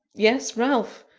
yes, ralph.